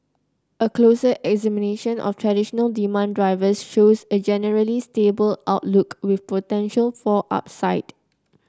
a closer examination of traditional demand drivers shows a generally stable outlook with potential for upside